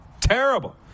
terrible